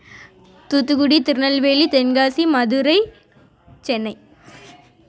Thoothukudi Tirunelveli Tenkasi Madurai Chennai